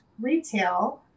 retail